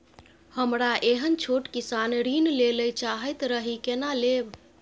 हमरा एहन छोट किसान ऋण लैले चाहैत रहि केना लेब?